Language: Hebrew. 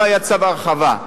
לא היה צו הרחבה.